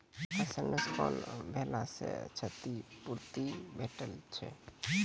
फसलक नुकसान भेलाक क्षतिपूर्ति भेटैत छै?